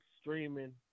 streaming